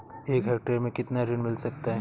एक हेक्टेयर में कितना ऋण मिल सकता है?